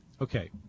Okay